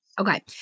Okay